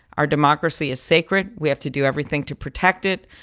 our democracy is sacred. we have to do everything to protect it.